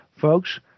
folks